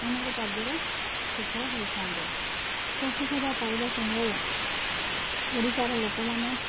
ଅନେକ କାର୍ଯ୍ୟରେ ସଫଳ ହୋଇଥାନ୍ତି ସ୍ୱାସ୍ଥ୍ୟ ସେବା ପାଇବା ସମୟରେ ଓଡ଼ିଶାର ଲୋକମାନେ